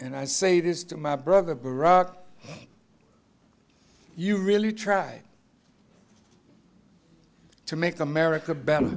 and i say this to my brother berat you really try to make america be